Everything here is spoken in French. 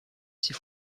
ses